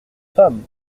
femme